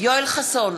יואל חסון,